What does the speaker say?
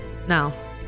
Now